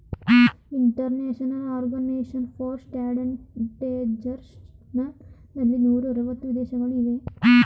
international organisation for standardisation ನಲ್ಲಿ ನೂರ ಅರವತ್ತು ವಿದೇಶಗಳು ಇವೆ